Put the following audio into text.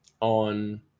on